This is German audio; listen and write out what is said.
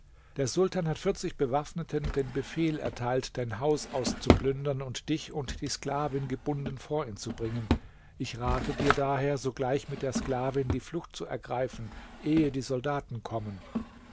der sultan hat vierzig bewaffneten den befehl erteilt dein haus auszuplündern und dich und die sklavin gebunden vor ihn zu bringen ich rate dir daher sogleich mit der sklavin die flucht zu ergreifen ehe die soldaten kommen